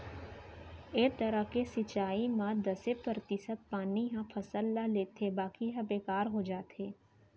ए तरह के सिंचई म दसे परतिसत पानी ह फसल ल लेथे बाकी ह बेकार हो जाथे